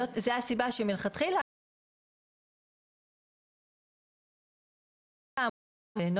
זו הסיבה שמלכתחילה המודל של מרכז הגנה שאינו